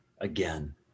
again